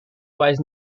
was